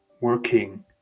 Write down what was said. working